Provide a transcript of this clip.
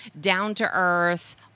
down-to-earth